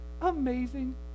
amazing